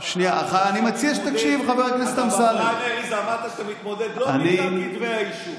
--- שאתה מתמודד לא בגלל כתבי האישום.